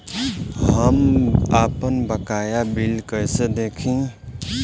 हम आपनबकाया बिल कइसे देखि?